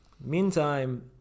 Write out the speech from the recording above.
Meantime